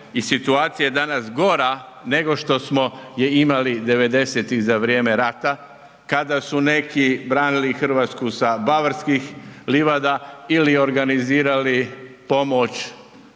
i situacija je danas gora nego što smo je imali '90. za vrijeme rata kada su neki branili Hrvatsku sa Bavarskih livada ili organizirali pomoć